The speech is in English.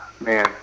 man